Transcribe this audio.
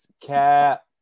Cap